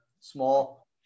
Small